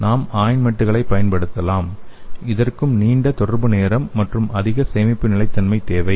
நாம் ஆயின்மென்ட்களை பயன்படுத்தலாம் இத்ற்கும் நீண்ட தொடர்பு நேரம் மற்றும் அதிக சேமிப்பு நிலைத்தன்மை தேவை